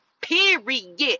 period